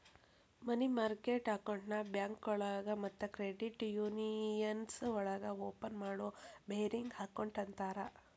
ಮನಿ market ಅಕೌಂಟ್ನ ಬ್ಯಾಂಕೋಳಗ ಮತ್ತ ಕ್ರೆಡಿಟ್ ಯೂನಿಯನ್ಸ್ ಒಳಗ ಓಪನ್ ಮಾಡೋ ಬೇರಿಂಗ್ ಅಕೌಂಟ್ ಅಂತರ